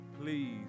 please